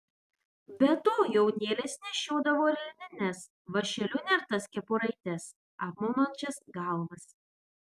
be to jaunėlės nešiodavo ir linines vąšeliu nertas kepuraites apmaunančias galvas